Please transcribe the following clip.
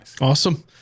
Awesome